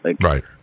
Right